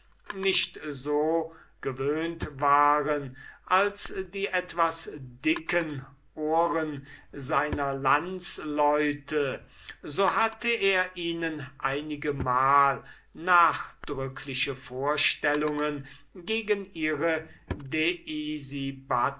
nicht so gewöhnt waren als die etwas dicken ohren seiner landesleute so hatte er ihnen einigemal nachdrückliche vorstellungen gegen ihre